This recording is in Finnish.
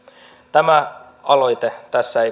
tämä aloite tässä ei